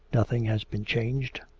nothing has been changed.